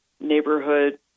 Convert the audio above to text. neighborhood